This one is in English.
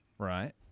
Right